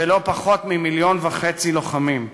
בלא פחות ממיליון וחצי לוחמים.